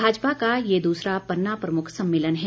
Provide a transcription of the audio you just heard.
भाजपा का ये दूसरा पन्ना प्रमुख सम्मेलन है